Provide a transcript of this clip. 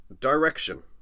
Direction